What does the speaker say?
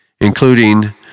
including